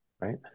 Right